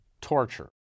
torture